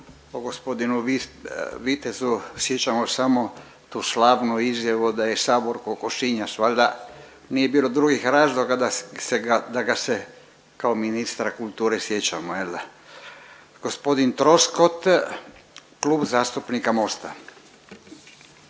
da se po g. Vitezu sjećamo samo tu slavnu izjavu da je sabor kokošinjac, valjda nije bilo drugih razloga da ga se kao ministra kulture sjećamo jel da. Gospodin Troskot, Klub zastupnika Mosta.